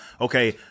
okay